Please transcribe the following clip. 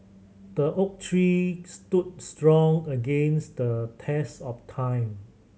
the oak tree stood strong against the test of time